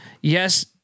Yes